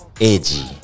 edgy